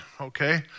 okay